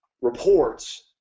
reports